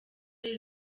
ari